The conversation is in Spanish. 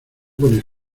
pones